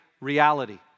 reality